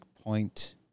point